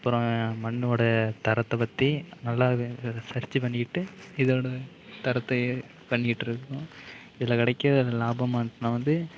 அப்புறம் மண்ணோட தரத்தை பற்றி நல்லா சர்ச்சி பண்ணிக்கிட்டு இதோட தரத்தையே பண்ணிட்டுருக்கோம் இதில் கிடைக்கிற லாபம்னா வந்து